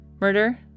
Murder